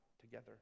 together